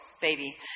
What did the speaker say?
baby